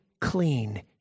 clean